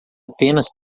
apenas